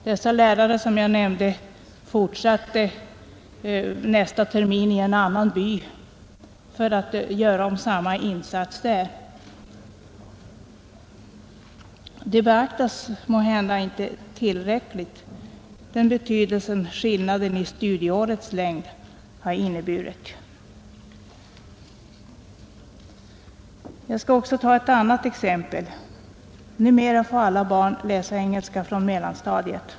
Dessa lärare, som jag nämnde, fortsatte nästa termin i en annan by för att göra om samma insats där. — Det beaktas måhända inte tillräckligt vilken betydelse skillnaden i studieårets längd har inneburit. Jag skall också ta ett annat exempel. Numera får alla barn läsa engelska från mellanstadiet.